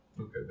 Okay